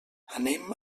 anem